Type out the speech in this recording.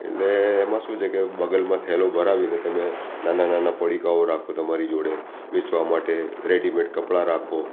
એટલે એમાં શું છે કે બગલમાં થેલો ભરાવીને તમે નાનાં નાનાં પડીકાઓ રાખો તમારી જોડે વેચવા માટે રેડીમેડ કપડા રાખો